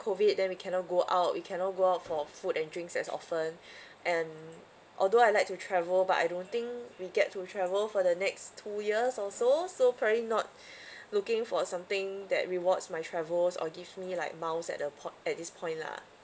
COVID then we cannot go out we cannot go out for food and drinks as often and although I like to travel but I don't think we get to travel for the next two years or so so probably not looking for something that rewards my travels or gives me like miles at the poi~ at this point lah